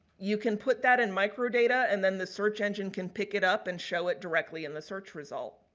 you can put that in microdata and then the search engine can pick it up and show it directly in the search result.